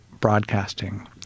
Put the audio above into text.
broadcasting